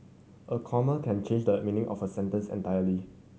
a comma can change the meaning of a sentence entirely